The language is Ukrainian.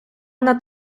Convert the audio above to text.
над